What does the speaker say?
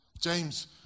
James